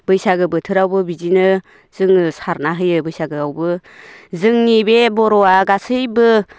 बैसागो बोथोरावबो बिदिनो जोङो सारना होयो बैसागोआवबो जोंनि बे बर'आ गासैबो